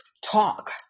talk